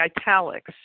italics